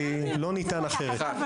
כי אי אפשר אחרת.